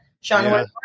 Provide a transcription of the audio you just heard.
Sean